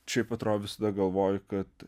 šiaip atrodo visada galvoji kad